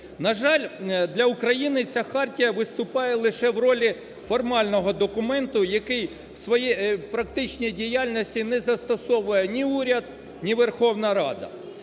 На жаль, для України ця хартія виступає лише в ролі формального документу, який в практичній діяльності не застосовує ні уряд, ні Верховна Рада.